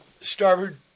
starboard